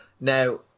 Now